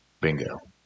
Bingo